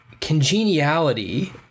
congeniality